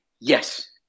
Yes